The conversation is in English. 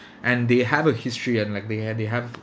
and they have a history and like they ha~ they have